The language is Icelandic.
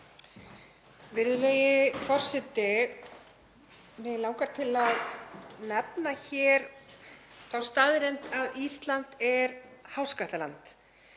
Virðulegi forseti. Mig langar að nefna hér þá staðreynd að Ísland er háskattaland.